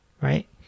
right